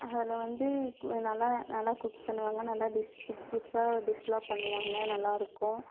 அதில் வந்து நல்லா நல்லா குக் பண்ணுவாங்க நல்ல டிஷ் புதுசு புதுசாக டிஷ்ஷெலாம் பண்ணுவாங்க நல்லாயிருக்கும்